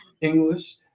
English